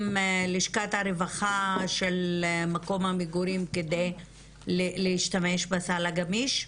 לשכת הרווחה של מקום המגורים כדי להשתמש בסל הגמיש?